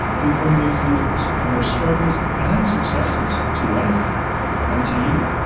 we bring these leaders and their struggles and successes to life and to you.